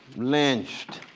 lynched,